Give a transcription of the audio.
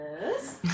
Yes